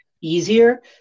easier